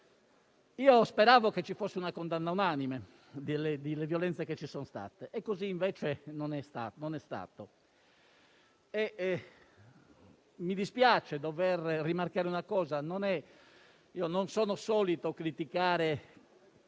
Speravo ci fosse una condanna unanime delle violenze che ci sono state, così invece non è stato. Mi dispiace dover rimarcare una cosa: io non sono solito criticare